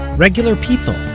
regular people.